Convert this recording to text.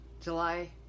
July